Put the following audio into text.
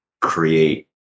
create